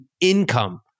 income